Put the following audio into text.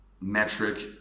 metric